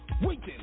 waiting